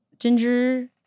ginger